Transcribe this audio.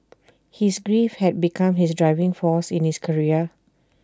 his grief had become his driving force in his career